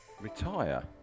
Retire